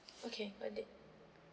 okay got it